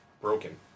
broken